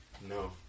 No